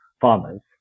farmers